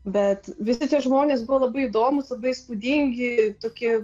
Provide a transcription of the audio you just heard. bet visi tie žmonės buvo labai įdomūs įspūdingi toki